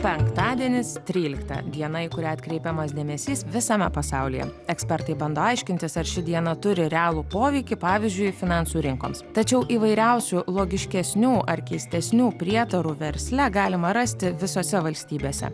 penktadienis trylikta diena į kurią atkreipiamas dėmesys visame pasaulyje ekspertai bando aiškintis ar ši diena turi realų poveikį pavyzdžiui finansų rinkoms tačiau įvairiausių logiškesnių ar keistesnių prietarų versle galima rasti visose valstybėse